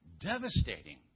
devastating